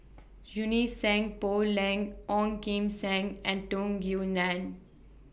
Junie Sng Poh Leng Ong Kim Seng and Tung Yue Nang